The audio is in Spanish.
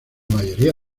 mayoría